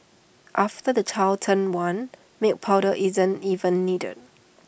after the child turns one milk powder isn't even needed